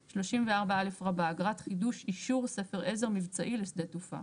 34א. אגרת חידוש אישור ספר עזר מבצעי לשדה תעופה.